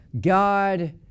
God